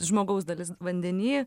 žmogaus dalis vandeny